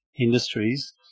industries